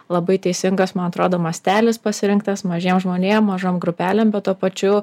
labai teisingas man atrodo mastelis pasirinktas mažiem žmonėm mažom grupelėm bet tuo pačiu